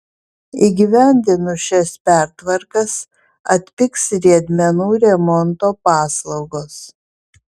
įgyvendinus šias pertvarkas atpigs riedmenų remonto paslaugos